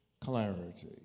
clarity